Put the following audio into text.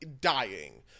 dying